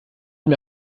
mir